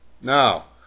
Now